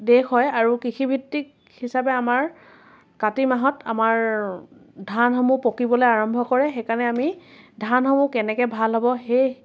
দেশ হয় আৰু কৃষিভিত্তিক হিচাপে আমাৰ কাতি মাহত আমাৰ ধানসমূহ পকিবলৈ আৰম্ভ কৰে সেইকাৰণে আমি ধানসমূহ কেনেকৈ ভাল হ'ব সেই